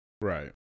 Right